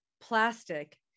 plastic